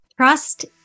Trust